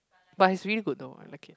but it's really good though I like it